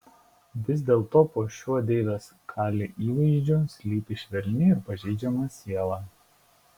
vis dėlto po šiuo deivės kali įvaizdžiu slypi švelni ir pažeidžiama siela